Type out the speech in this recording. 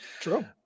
True